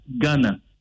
ghana